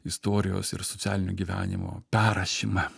istorijos ir socialinio gyvenimo perrašymą